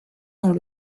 dans